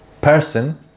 person